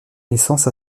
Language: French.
naissance